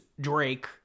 Drake